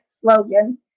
slogan